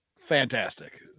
fantastic